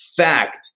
fact